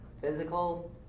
physical